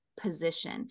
Position